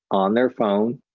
on their phone.